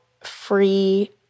free